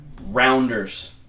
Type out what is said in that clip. Rounders